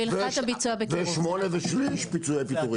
ו-8 ושליש פיצויי פיטורין.